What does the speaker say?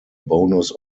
bonus